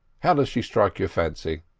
how does she strike your fancy?